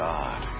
God